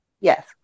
Yes